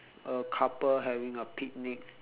a couple having a picnic